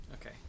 okay